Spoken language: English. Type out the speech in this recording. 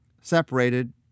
separated